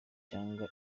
cyangwa